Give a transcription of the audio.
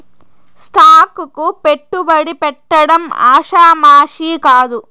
stock కు పెట్టుబడి పెట్టడం ఆషామాషీ కాదు